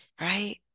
right